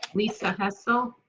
lisa hessle.